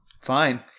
fine